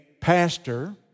pastor